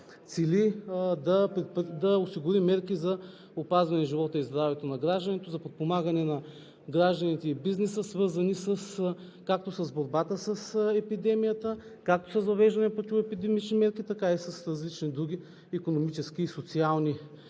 цели да осигури мерки за опазване живота и здравето на гражданите, за подпомагане на гражданите и бизнеса, свързани както с борбата с епидемията, както с въвеждане на противоепидемични мерки, така и с различни други икономически и социални мерки